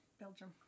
Belgium